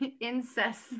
incest